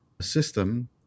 system